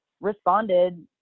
responded